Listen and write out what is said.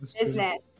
business